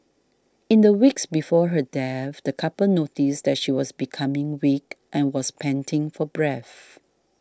in the weeks before her death the couple noticed that she was becoming weak and was panting for breath